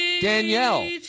Danielle